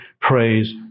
praise